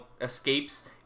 escapes